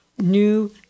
New